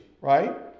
right